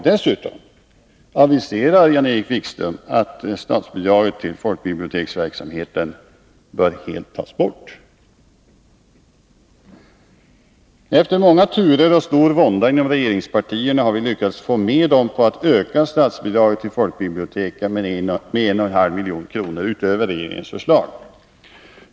Dessutom aviserar Jan-Erik Wikström att statsbidraget till folkbiblioteksverksamheten helt skall tas bort. Efter många turer och stor vånda inom regeringspartierna har vi lyckligtvis fått med dem på att öka statsbidraget till folkbiblioteken med 1,5 milj.kr. utöver regeringens förslag.